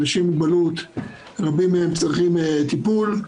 רבים מאנשים עם מוגבלות צריכים טיפול.